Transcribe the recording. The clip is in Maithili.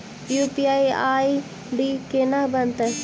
यु.पी.आई आई.डी केना बनतै?